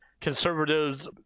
conservatives –